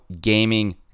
Gaming